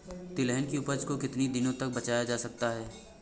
तिलहन की उपज को कितनी दिनों तक बचाया जा सकता है?